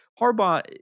Harbaugh